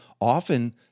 often